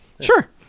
Sure